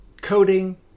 Coding